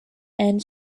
and